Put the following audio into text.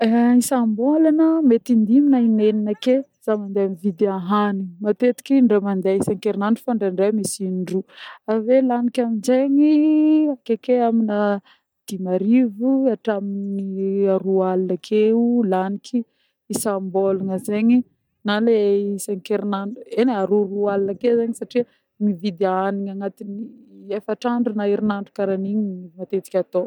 Isam-bôlana mety in-dimy na in-enegnina ake zah mandeha mividy ahanigny matetiky in-dre mandeha isa-kerinandro fô ndraindray misy in-droa avy eo laniko aminjegny akeke amina dimy arivo hatramin'ny roa aligna akeo laniky isam-bôlana zegny na le isankerinandro satria mividy ahanigny efatr'andro na herinandro karan'igny matetika atô.